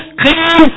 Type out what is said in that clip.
clean